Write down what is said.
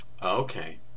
Okay